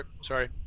Sorry